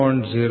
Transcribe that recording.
H 40